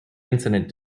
incident